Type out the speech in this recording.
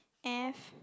F